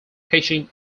pitching